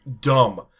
dumb